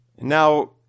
Now